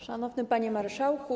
Szanowny Panie Marszałku!